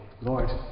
Lord